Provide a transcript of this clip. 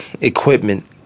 Equipment